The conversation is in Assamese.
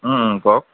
কওক